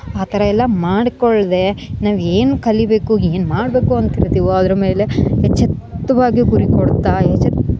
ಆ ಥರ ಎಲ್ಲ ಮಾಡ್ಕೊಳ್ದೆ ನಾವು ಏನು ಕಲಿಯಬೇಕು ಏನು ಮಾಡಬೇಕು ಅಂತಿರ್ತೀವೋ ಅದ್ರ ಮೇಲೆ ಯಚೆತ್ವಾಗಿ ಗುರಿ ಕೊಡ್ತಾ ಯಚೆತ್ವಾಗಿ